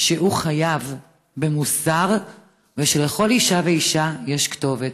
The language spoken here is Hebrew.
שהוא חייב במוסר ושלכל אישה ואישה יש כתובת.